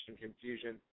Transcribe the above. confusion